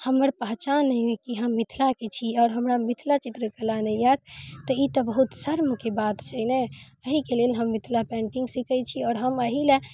हमर पहचान अइ की हम मिथिलाके छी आओर हमरा मिथिला चित्रकला नहि आयत तऽ ई तऽ बहुत शर्मके बात छै ने अहिके लेल हम मिथिला पेंटिंग सीखै छी आओर हम एहि लऽ